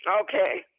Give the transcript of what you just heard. okay